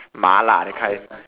mala that kind